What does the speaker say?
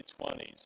20s